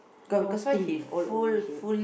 all sting you know all over here